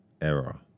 error